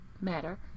matter